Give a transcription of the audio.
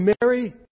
Mary